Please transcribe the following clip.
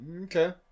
okay